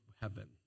heaven